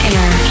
Air